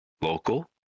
local